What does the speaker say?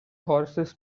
horses